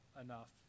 enough